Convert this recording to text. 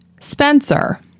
Spencer